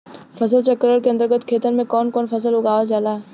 फसल चक्रण के अंतर्गत खेतन में कवन कवन फसल उगावल जाला?